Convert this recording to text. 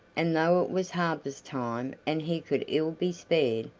and, though it was harvest time, and he could ill be spared,